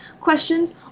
questions